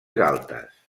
galtes